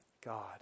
God